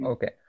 Okay